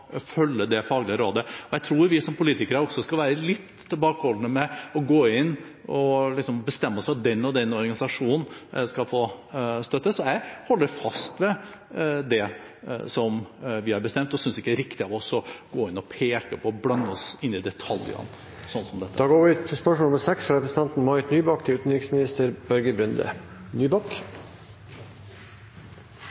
følge det faglige rådet. Jeg tror vi som politikere skal være litt tilbakeholdne med å gå inn og bestemme oss for at den og den organisasjonen skal få støtte, så jeg holder fast ved det som vi har bestemt, og jeg synes ikke det er riktig av oss å gå inn og peke på – og blande oss inn i – detaljer som dette. Jeg tillater meg å stille følgende spørsmål